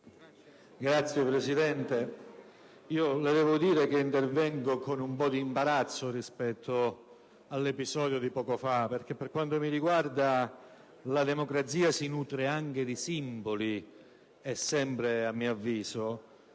Signor Presidente, intervengo con un po' di imbarazzo rispetto all'episodio di poco fa, perché, per quanto mi riguarda, la democrazia si nutre anche di simboli e, sempre a mio avviso,